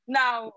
now